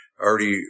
already